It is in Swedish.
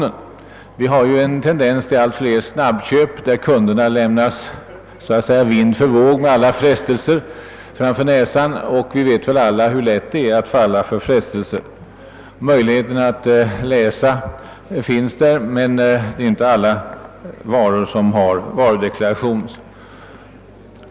Det föreligger ju en tendens till upprättande av allt fler snabbköp där kunderna lämnas så att säga vind för våg med alla frestelser mitt framför näsan, och alla vet hur lätt det är att falla för dem. Möjligheten att läsa en varudeklaration finns ju, men alla varor har inte någon sådan.